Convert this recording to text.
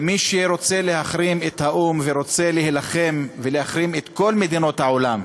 ומי שרוצה להחרים את האו"ם ורוצה להילחם ולהחרים את כל מדינות העולם,